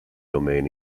domain